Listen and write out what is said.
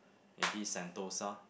maybe sentosa